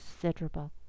considerable